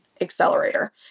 accelerator